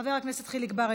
חבר הכנסת חיליק בר,